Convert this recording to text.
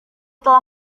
telah